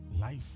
life